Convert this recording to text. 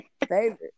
favorite